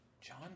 John